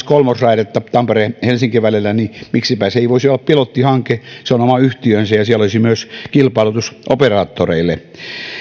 kolmosraidetta tampere helsinki välillä niin miksipä se ei voisi olla pilottihanke se on oma yhtiönsä ja siellä olisi myös kilpailutus operaattoreille